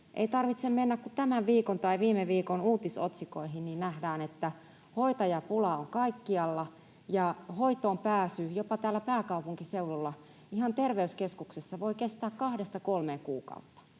Ei tarvitse mennä kuin tämän viikon tai viime viikon uutisotsikoihin, niin nähdään, että hoitajapulaa on kaikkialla ja hoitoonpääsy jopa täällä pääkaupunkiseudulla ihan terveyskeskuksessa voi kestää kahdesta kolmeen kuukautta.